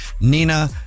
Nina